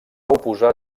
oposar